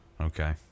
okay